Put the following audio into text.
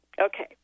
okay